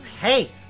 hey